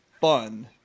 fun